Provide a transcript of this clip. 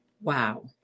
Wow